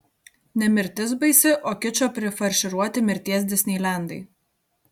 ne mirtis baisi o kičo prifarširuoti mirties disneilendai